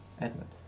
Edmund